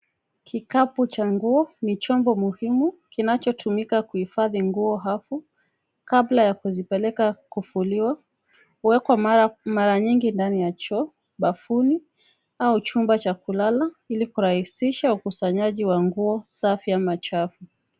Kikapu cha nguo ni chombo muhimu kinachotumika kuhifadhi nguo hapo kabla ya kuzipeleka kufuliwa huwekwa mara nyingi ndani ya choo, bafuni au chumba cha kulala ili kurahisisha ukusanyaji wa nguo safi ama chafu.